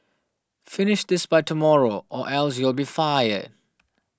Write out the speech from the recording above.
finish this by tomorrow or else you'll be fired